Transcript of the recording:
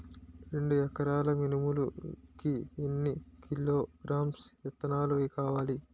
రెండు ఎకరాల మినుములు కి ఎన్ని కిలోగ్రామ్స్ విత్తనాలు కావలి?